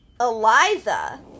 Eliza